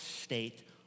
state